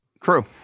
True